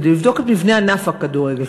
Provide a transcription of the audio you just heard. כדי לבדוק את מבנה ענף הכדורגל,